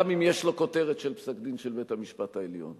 גם אם יש לה כותרת של פסק-דין של בית-המשפט העליון.